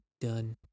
done